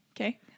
okay